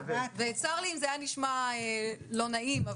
צר לי אם זה היה נשמע לא נעים,